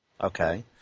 Okay